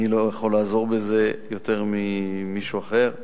לא יכול לעזור בזה יותר ממישהו אחר.